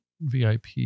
VIP